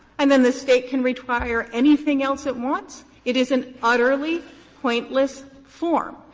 and then the state can require anything else it wants, it is an utterly pointless form.